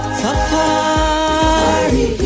safari